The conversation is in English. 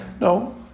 No